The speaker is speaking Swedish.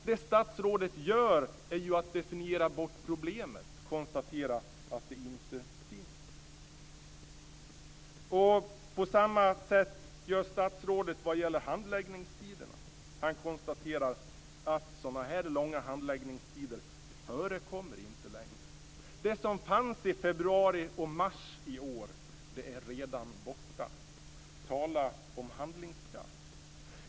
Men statsrådet definierar ju bort problemet och konstaterar att det inte finns. På samma sätt gör statsrådet vad gäller handläggningstiderna. Han konstaterar att sådana här långa handläggningstider inte förekommer längre. Det som fanns i februari och mars i år är redan borta. Tala om handlingskraft!